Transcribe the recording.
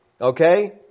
Okay